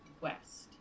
west